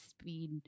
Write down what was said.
speed